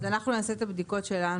אז אנחנו נעשה את הבדיקות שלנו,